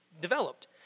developed